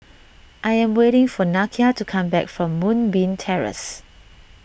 I am waiting for Nakia to come back from Moonbeam Terrace